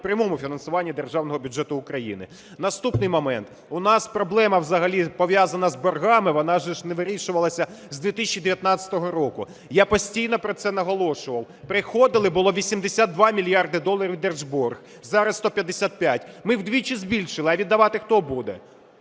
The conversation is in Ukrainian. у прямому фінансуванні державного бюджету України. Наступний момент. У нас проблема взагалі пов'язана з боргами вона ж не вирішувалася з 2019 року. Я постійно про це наголошував. Приходили, було 82 мільярди доларів держборг, зараз 155. Ми вдвічі збільшили. А віддавати хто буде?